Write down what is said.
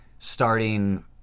starting